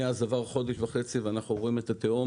מאז עבר חודש וחצי ואנחנו רואים את התהום